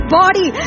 body